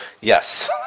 Yes